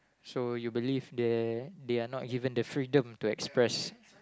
so you believe that they are not given the freedom to express